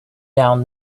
down